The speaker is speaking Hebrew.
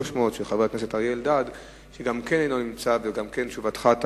חבר הכנסת יצחק וקנין שאל את שר המשפטים ביום ט"ו